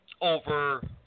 over